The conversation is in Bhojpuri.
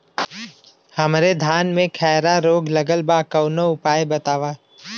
हमरे धान में खैरा रोग लगल बा कवनो उपाय बतावा?